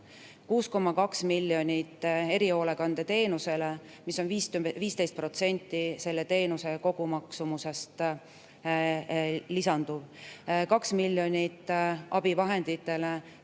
6,2 miljonit [läheb] erihoolekandeteenusele, mis on 15% selle teenuse kogumaksumusest, ja 2 miljonit abivahenditele,